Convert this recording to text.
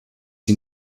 sie